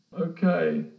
Okay